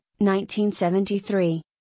1973